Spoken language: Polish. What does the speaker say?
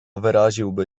wyraziłby